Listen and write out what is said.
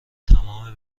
تمام